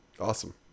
Awesome